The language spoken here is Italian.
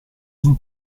sul